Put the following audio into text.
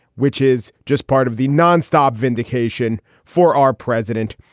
which is just part of the nonstop vindication for our president,